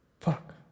Fuck